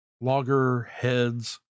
loggerheads